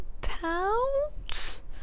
pounds